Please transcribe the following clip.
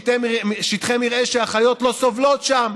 שטחי מרעה שהחיות לא סובלות שם,